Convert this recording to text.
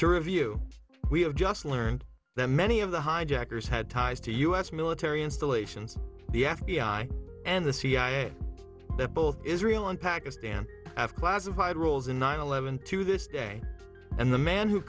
to review we have just learned that many of the hijackers had ties to u s military installations the f b i and the cia that both israel and pakistan have classified rules in nine eleven to this day and the man who